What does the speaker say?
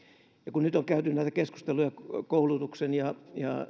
kun nyt on käyty näitä keskusteluja koulutuksen